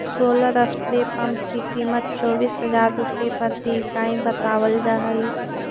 solar spray pump की कीमत चौबीस हज़ार रुपए प्रति इकाई बतावल जा हई